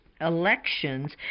elections